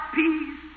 peace